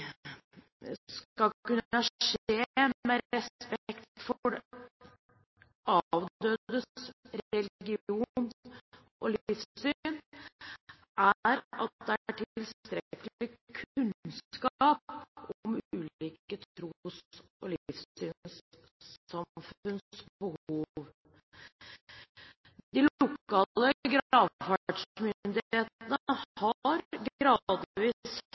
skal kunne skje med respekt for avdødes religion og livssyn, er at det er tilstrekkelig kunnskap om ulike tros- og livssynssamfunns behov. De lokale gravferdsmyndighetene har gradvis